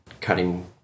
cutting